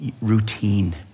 routine